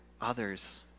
others